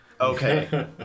Okay